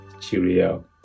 cheerio